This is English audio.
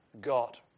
God